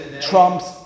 trumps